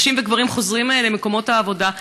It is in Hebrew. נשים וגברים חוזרים למקומות העבודה,